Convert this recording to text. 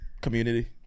Community